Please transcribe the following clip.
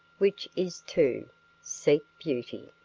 which is to seek beauty.